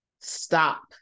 stop